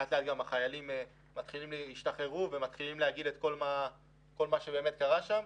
לאט לאט גם החיילים השתחררו ומתחילים להגיד את כל מה שבאמת קרה שם.